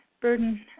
burden